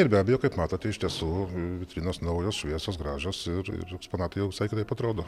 ir be abejo kaip matote iš tiesų vitrinos naujos šviesios gražios ir ir eksponatai jau visai kitaip atrodo